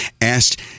asked